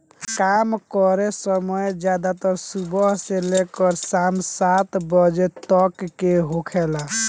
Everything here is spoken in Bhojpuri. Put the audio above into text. काम करे समय ज्यादातर सुबह से लेके साम सात बजे तक के होखेला